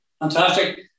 Fantastic